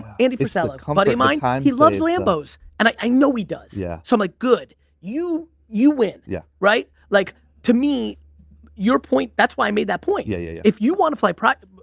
andy frisella, a um buddy of mine, um he loves lambos and i i know he does. yeah so i'm like good. you you win, yeah right? like to me your point, that's why i made that point. yeah yeah if you want to fly private,